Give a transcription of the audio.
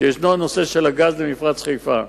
שישנו נושא הגז במפרץ חיפה.